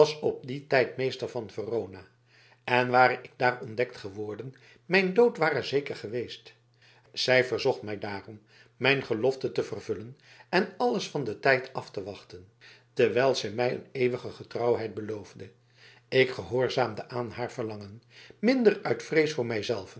op dien tijd meester van verona en ware ik daar ontdekt geworden mijn dood ware zeker geweest zij verzocht mij daarom mijn gelofte te vervullen en alles van den tijd af te wachten terwijl zij mij een eeuwige getrouwheid beloofde ik gehoorzaamde aan haar verlangen minder uit vrees voor